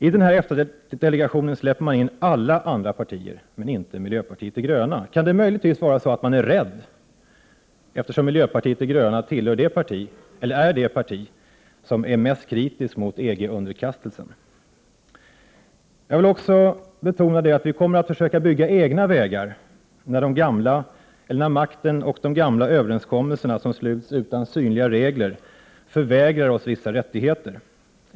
I EFTA-delegationen släpps alla andra partier in, men inte miljöpartiet de gröna. Kan det möjligtvis vara så att man är rädd, eftersom miljöpartiet de gröna är det parti som är mest kritiskt mot EG-underkastelsen? Jag vill också betona att vi kommer att försöka att bygga egna vägar när makten och de gamla överenskommelserna, som sluts utan synliga regler, förvägrar oss vissa rättigheter.